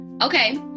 Okay